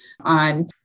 on